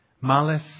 malice